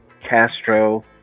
Castro